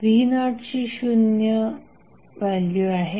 v0 ची value शून्य आहे